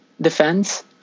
defense